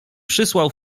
przysłał